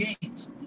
games